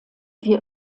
wie